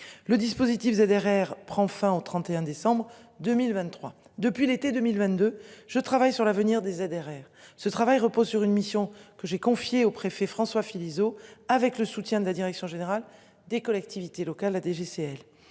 Le dispositif ZRR prend fin au 31 décembre 2023, depuis l'été 2022. Je travaille sur l'avenir des ZRR ce travail repose sur une mission que j'ai confiée au préfet François Philizot, avec le soutien de la direction générale des collectivités locales, la DGCL